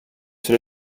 cela